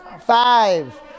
five